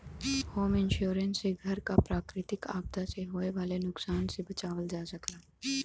home insurance से घर क प्राकृतिक आपदा से होये वाले नुकसान से बचावल जा सकला